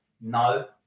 No